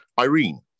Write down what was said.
Irene